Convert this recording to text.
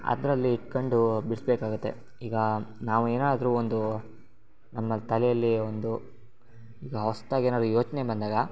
ಅದರಲ್ಲಿ ಇಟ್ಕೊಂಡು ಬಿಡಿಸ್ಬೇಕಾಗುತ್ತೆ ಈಗ ನಾವು ಏನಾದ್ರೂ ಒಂದು ನಮ್ಮ ತಲೆಯಲ್ಲಿ ಒಂದು ಈಗ ಹೊಸ್ದಾಗಿ ಏನಾದ್ರು ಯೋಚನೆ ಬಂದಾಗ